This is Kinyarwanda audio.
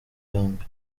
yombi